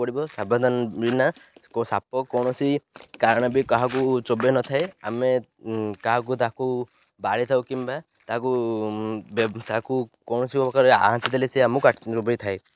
ସାବଧାନ କରିବାକୁ ପଡ଼ିବ ସାବଧାନ ବିନା ସାପ କୌଣସି କାରଣ ବି କାହାକୁ ଚୋବେଇ ନଥାଏ ଆମେ କାହାକୁ ତା'କୁ କିମ୍ବା ତା'କୁ ତା'କୁ କୌଣସି ଉପକାର ଦେଲେ ସେ ଆମକୁ କା ରୁବେଇଥାଏ